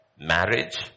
Marriage